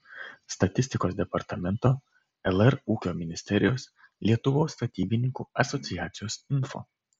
statistikos departamento lr ūkio ministerijos lietuvos statybininkų asociacijos info